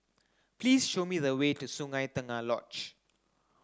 please show me the way to Sungei Tengah Lodge